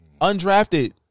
undrafted